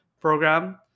program